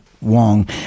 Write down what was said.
Wong